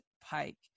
pike